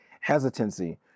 hesitancy